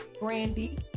Brandy